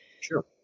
Sure